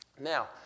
Now